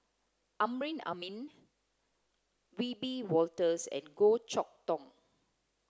Amrin Amin Wiebe Wolters and Goh Chok Tong